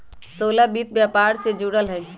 सोहेल वित्त व्यापार से जुरल हए